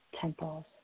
temples